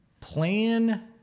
plan